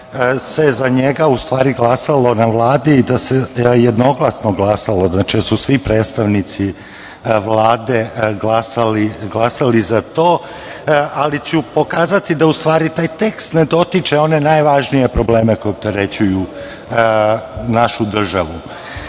se za njega glasalo na Vladi i da se jednoglasno glasalo, da su svi predstavnici Vlade glasali za to, ali ću pokazati da taj tekst ustvari ne dotiče one najvažnije probleme koje opterećuju našu državu. Drugo,